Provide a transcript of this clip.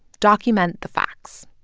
document the facts.